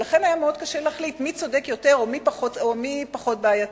ולכן היה מאוד קשה להחליט מי צודק יותר או מי פחות בעייתי.